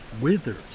withers